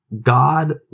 god